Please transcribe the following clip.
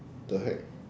the heck